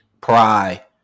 Pry